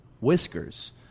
whiskers